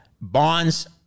Bonds